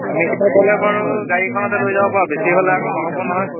আমিকেইটা গ'লে বাৰু গাড়ীখনতে লৈ যাব পাৰোঁ বেছি হ'লে আকৌ নহ'ব নহয়